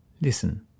Listen